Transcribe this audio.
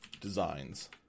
designs